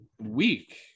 week